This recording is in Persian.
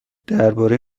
درباره